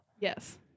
Yes